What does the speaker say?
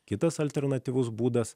kitas alternatyvus būdas